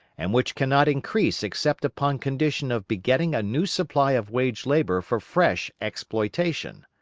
and which cannot increase except upon condition of begetting a new supply of wage-labour for fresh exploitation.